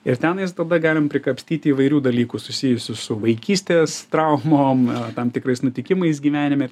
ir tenais tada galim prikapstyti įvairių dalykų susijusių su vaikystės traumom tam tikrais nutikimais gyvenime